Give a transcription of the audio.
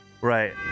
right